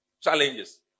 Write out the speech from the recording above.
challenges